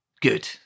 Good